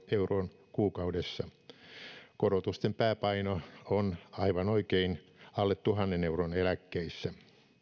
euroa kuukaudessa korotusten pääpaino on aivan oikein alle tuhannen euron eläkkeissä